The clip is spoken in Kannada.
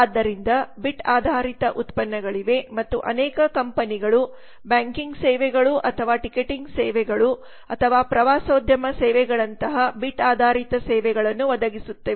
ಆದ್ದರಿಂದ ಬಿಟ್ ಆಧಾರಿತ ಉತ್ಪನ್ನಗಳಿವೆ ಮತ್ತು ಅನೇಕ ಕಂಪನಿಗಳು ಬ್ಯಾಂಕಿಂಗ್ ಸೇವೆಗಳು ಅಥವಾ ಟಿಕೆಟಿಂಗ್ ಸೇವೆಗಳು ಅಥವಾ ಪ್ರವಾಸೋದ್ಯಮ ಸೇವೆಗಳಂತಹ ಬಿಟ್ ಆಧಾರಿತ ಸೇವೆಗಳನ್ನು ಒದಗಿಸುತ್ತಿವೆ